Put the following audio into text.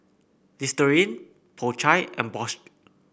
Listerine Po Chai and Bosch